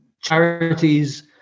charities